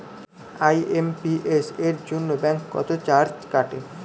IMPS এর জন্য bank কত চার্জ কাটে?